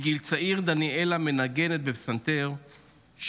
מגיל צעיר דניאלה מנגנת בפסנתר,